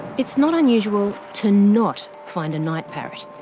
it's not unusual to not find a night parrot.